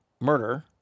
murder